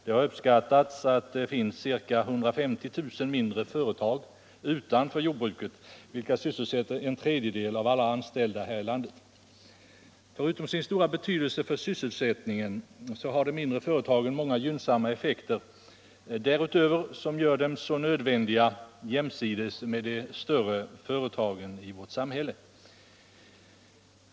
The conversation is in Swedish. Man har uppskattat att det finns ca 150 000 mindre företag utanför jordbruket, vilka sysselsätter en tredjedel av alla anställda här i landet. Förutom sin stora betydelse för sysselsättningen har de mindre företagen många andra gynnsamma effekter, som gör dem nödvändiga jämsides med de större företagen i vårt samhälle.